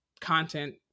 content